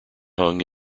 hung